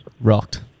Rocked